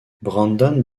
brandon